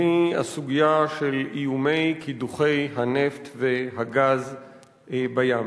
והיא הסוגיה של איומי קידוחי הנפט והגז בים.